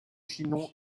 chinon